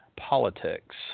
Politics